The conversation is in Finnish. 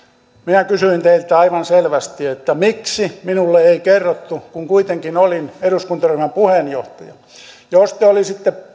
minä kysyin teiltä aivan selvästi miksi minulle ei kerrottu kun kuitenkin olin eduskuntaryhmän puheenjohtaja jos te olisitte